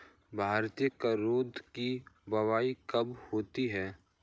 भारतीय करौदे की बुवाई कब होती है?